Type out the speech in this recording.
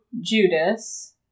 Judas